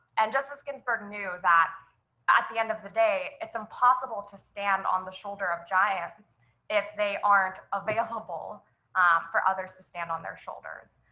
and justice ginsburg knew that at the end of the day it's impossible to stand on the shoulder of giants if they aren't available for others to stand on their shoulders.